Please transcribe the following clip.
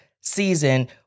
season